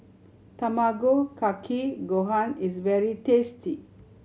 Tamago Kake Gohan is very tasty